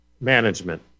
Management